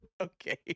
Okay